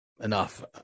enough